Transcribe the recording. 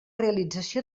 realització